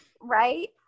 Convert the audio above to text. Right